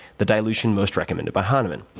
the dilution most recommended by hahnemann.